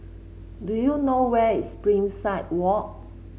do you know where is Springside Walk